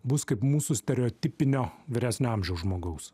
bus kaip mūsų stereotipinio vyresnio amžiaus žmogaus